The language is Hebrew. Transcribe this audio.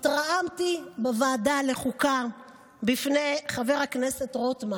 התרעמתי בוועדת החוקה בפני חבר הכנסת רוטמן